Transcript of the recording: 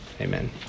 Amen